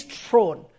throne